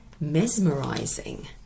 mesmerizing